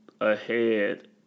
ahead